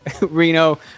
Reno